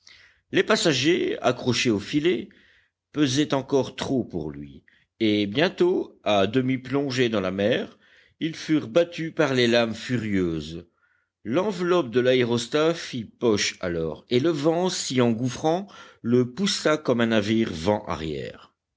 les passagers accrochés au filet pesaient encore trop pour lui et bientôt à demi plongés dans la mer ils furent battus par les lames furieuses l'enveloppe de l'aérostat fit poche alors et le